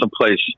someplace